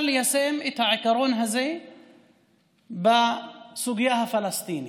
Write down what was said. ליישם את העיקרון הזה בסוגיה הפלסטינית.